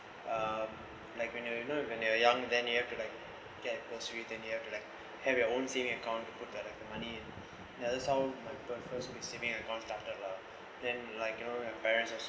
um like when you you know you when you were young then you have to like get groceries then you have to like have your own saving account to put like the money ya that's how my f~ f~ first saving account started lah then like you know your parents or